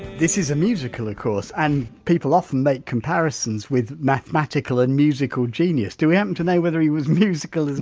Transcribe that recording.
this is a musical of course and people often make comparisons with mathematical and musical genius, do we happen to know whether he was musical as